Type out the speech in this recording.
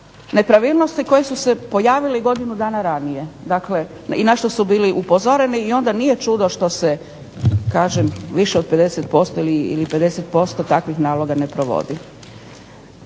nepravilnosti koje su se pojavile i godinu dana ranije. Dakle, i na što su bili upozoreni i onda nije čudo što se kažem više od 50% ili 50% takvih naloga ne provodi.